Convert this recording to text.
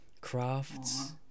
crafts